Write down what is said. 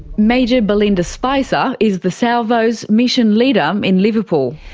major belinda spicer is the salvo's mission leader in liverpool.